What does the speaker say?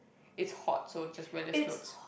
it's hot so just wear less clothes